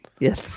Yes